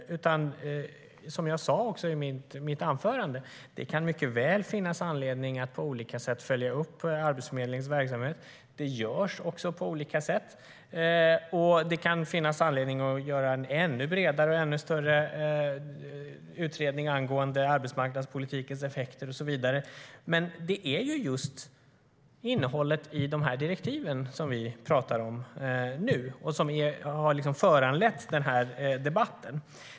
Som jag sa kan det mycket väl finnas anledning att på olika sätt följa upp Arbetsförmedlingens verksamhet. Det görs också på olika sätt. Det kan finnas anledning att göra en bredare och större utredning angående arbetsmarknadspolitikens effekter och så vidare. Men det är just innehållet i direktiven som vi pratar om nu och som har föranlett denna debatt.